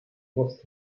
wurst